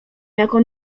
jako